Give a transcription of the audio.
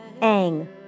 Ang